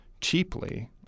cheaply